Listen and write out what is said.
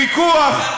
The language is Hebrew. ויכוח,